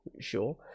sure